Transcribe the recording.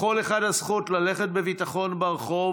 לכל אחד הזכות ללכת בביטחון ברחוב